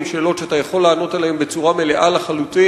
הן שאלות שאתה יכול לענות עליהן בצורה מלאה לחלוטין,